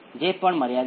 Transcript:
તો આનો અર્થ શું છે